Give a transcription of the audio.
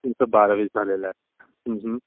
तुमचं बारावी झालेलं आहे